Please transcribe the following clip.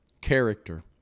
character